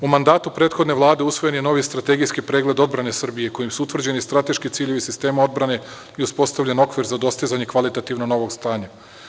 U mandatu prethodne Vlade usvojen je novi strategijski pregled odbrane Srbije kojim su utvrđeni strateški ciljevi sistema odbrane i uspostavljen okvir za dostizanje kvalitativnog novog stanja.